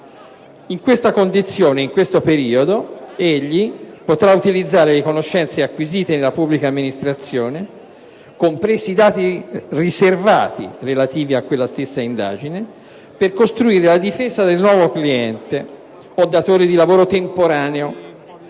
In questa condizione e in questo lasso temporale egli potrà utilizzare le conoscenze acquisite nella pubblica amministrazione, compresi dati riservati relativi a quella stessa indagine, per costruire la difesa del nuovo cliente o datore di lavoro temporaneo.